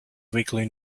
weekly